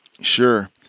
Sure